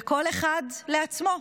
וכל אחד לעצמו.